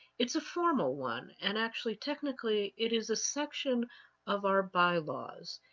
it's a formal one and actually technically it is a section of our bylaws.